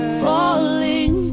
falling